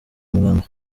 muganga